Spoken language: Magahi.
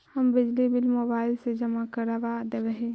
हम बिजली बिल मोबाईल से जमा करवा देहियै?